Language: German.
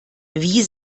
wie